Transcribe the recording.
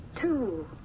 two